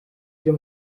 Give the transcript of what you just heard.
byo